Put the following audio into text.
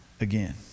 again